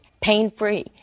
pain-free